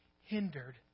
hindered